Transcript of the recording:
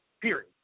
Period